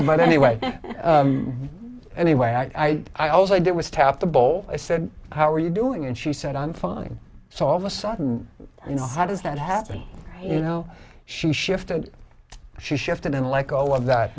but anyway anyway i i also i did was tap the bowl i said how are you doing and she said i'm fine so all of a sudden you know how does that happen you know she shifted she shifted and let go of that